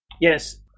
Yes